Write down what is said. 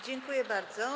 Dziękuję bardzo.